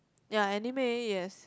ya anime yes